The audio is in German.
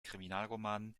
kriminalromanen